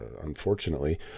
unfortunately